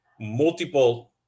multiple